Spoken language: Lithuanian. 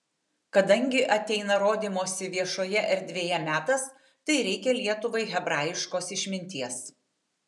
kadangi ateina rodymosi viešoje erdvėje metas tai reikia lietuvai hebrajiškos išminties